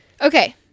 Okay